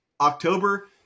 October